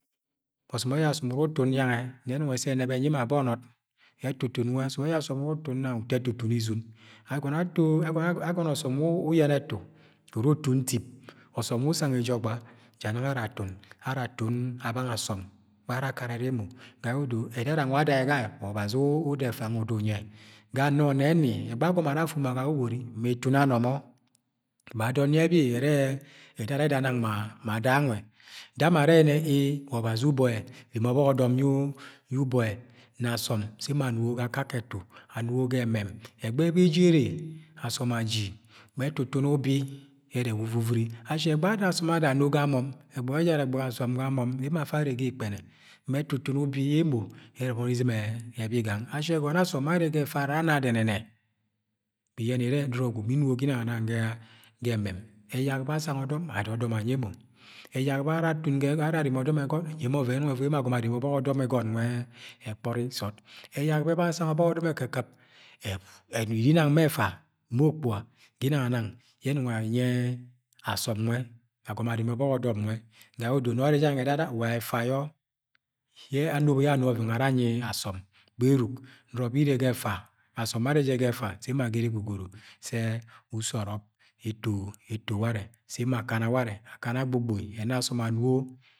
Ọsọm ẹjara ọsọm uru utun yangẹ nẹ ẹnong ẹnẹb ẹnyi mọ abọnọd. Etutun nwẹ, ọsọm ẹjara ọsọm wẹ uru utum nang uto ẹtutun izun. Agọnọ ọsọm wẹ uru uyẹnẹ ẹtu uru utun tip, ọsom we usang eje ọgba ja nang ara atun. Ara atun abanga asọm barọ akararẹ emo. Ga yẹ odo eda da nwẹ ada jẹ gange wa ọbazi uda ẹfa nwẹ jẹ uda unyi yẹ Ga nọ nẹni, ẹgbẹshẹ ma itun anọmọ ma adọn yẹ ẹbi ere e̱dada eda nana ma, ma ada nwẹ da mọ ẹrẹ ee wa ọbazi ubo ẹ Reme ọbọk ọdọm yẹ ubo ẹ Na usọm sẹ emo anugo ga akakẹ ẹtu, anugo ga emen, ẹgbẹghe yẹ beji ẹrẹ asọm aji. Ma ẹtutun ubi ẹrẹ ẹwa uvuri ashi e̱gbẹghẹ ada asọm ada ano ga monn, e̱gbẹghe̱ ejara e̱gbeghe aso̱m ga mo̱nm. E mo afa arre ga ikpe̱ne̱, ma tutun ubi emt ọnẹ ẹbọni ẹbi gang Ashi egọnọ yẹ asọm bẹ arre ga efa ara ana dẹnẹnẹ, mi iye̱ ne̱ ire̱ nọrọ gwud mi inugo ginang anang ge emem Eyak bẹ asang ọdọm, ada ọdọm anyi emo. Eyak be̱ ara areme ọdọm e̱got, anyi emo ọyẹn yẹ ẹnọng ẹvoi ne mo ago̱mọ areme ọdọm ẹgọt nwẹ ẹkpori sọọd. Eyak bẹ asang ọdo̱m ekɨkɨp, arenang ma ẹfa ma ukpuga ginan anana yẹ anong anyi asọm nwe agọmọ areme ọbọk odom nwe ga yẹ odo nọ arre jẹ gange ga edada wa efa ayọ ye anobo yẹ ana oven nwẹ ara anyi asọm. Gberuk nọrọ bẹ ire ga efa, asọm bẹ arre iẹ ga ẹfa, sẹ emo agẹrẹ egoro sẹ uso ọrọb eto warrẹ se emo akana, akana a agbogboi ẹna asọm anugo.